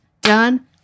Done